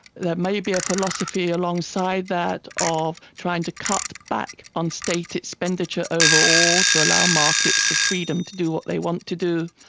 may be a philosophy alongside that of trying to cut back on state expenditure overall to allow markets the freedom to do what they want to do.